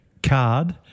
Card